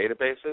databases